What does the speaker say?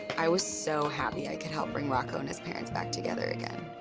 i was so happy i could help bring rocco and his parents back together again.